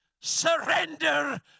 surrender